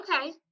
Okay